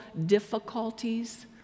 difficulties